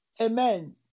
Amen